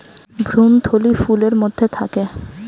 ভ্রূণথলি ফুলের মধ্যে থাকে